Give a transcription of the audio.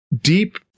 deep